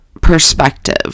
perspective